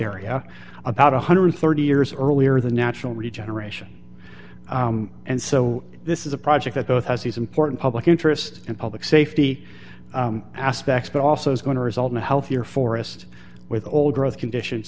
area about one hundred and thirty years earlier the natural regeneration and so this is a project that both as these important public interest and public safety aspects but also is going to result in a healthier forest with old growth conditions